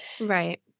Right